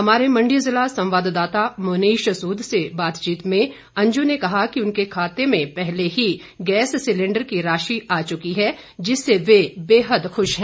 हमारे मंडी ज़िला संवाददाता मुनीश सूद से बातचीत में अंजू ने कहा कि उनके खाते में पहले ही गैस सिलेंडर की राशि आ चुकी हैं जिससे वे बेहद खुश हैं